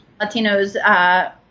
Latinos